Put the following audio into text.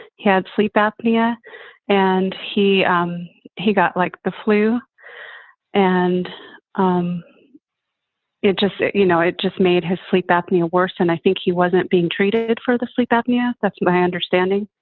had sleep apnea and he um he got like the flu and um it it just it you know, it just made his sleep apnea worse. and i think he wasn't being treated for the sleep apnea. that's my understanding.